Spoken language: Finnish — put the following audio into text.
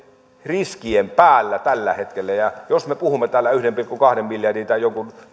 riskien päällä tällä hetkellä ja jos me puhumme täällä jostain yhden pilkku kahden miljardin